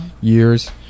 years